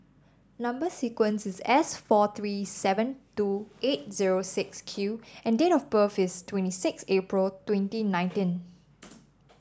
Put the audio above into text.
number sequence is S four three seven two eight zero six Q and date of birth is twenty six April twenty nineteen